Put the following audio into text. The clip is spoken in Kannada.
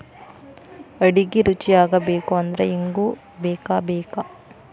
ಅಡಿಗಿ ರುಚಿಯಾಗಬೇಕು ಅಂದ್ರ ಇಂಗು ಬೇಕಬೇಕ